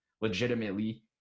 legitimately